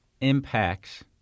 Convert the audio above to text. impacts